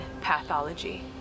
pathology